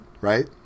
right